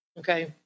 Okay